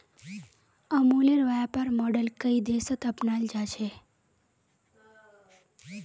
अमूलेर व्यापर मॉडल कई देशत अपनाल गेल छ